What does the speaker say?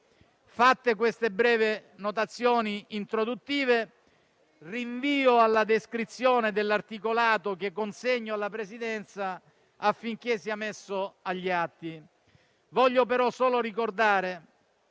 Fatte queste breve notazioni introduttive, rinvio alla descrizione dell'articolato, che consegno alla Presidenza affinché sia messo agli atti. Voglio però solo ricordare